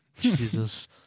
Jesus